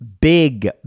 big